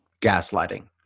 Gaslighting